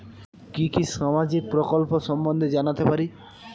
কি কি সামাজিক প্রকল্প সম্বন্ধে জানাতে পারি?